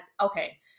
Okay